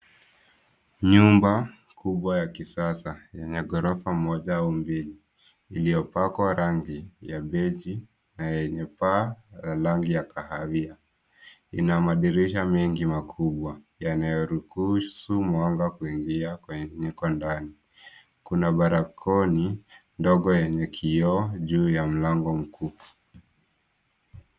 Nyumba kubwa ya kisasa yenye ghorofa moja au mbili iliyopakwa rangi ya beige na yenye paa la rangi ya kahawia. Ina madirisha mengi makubwa yanayoruhusu mwanga kuingia huko ndani. Kuna balkoni ndogo yenye kioo juu ya mlango mkuu.